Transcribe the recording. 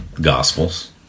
Gospels